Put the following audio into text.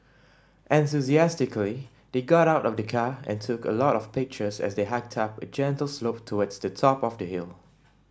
enthusiastically they got out of the car and took a lot of pictures as they hiked up a gentle slope towards the top of the hill